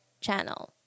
channel